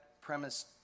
premise